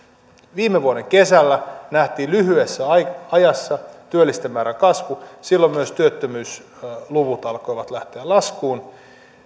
viime vuoden kesällä nähtiin lyhyessä ajassa ajassa työllisten määrän kasvu silloin myös työttömyysluvut alkoivat lähteä laskuun